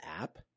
app